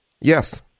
Yes